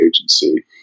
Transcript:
agency